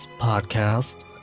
podcast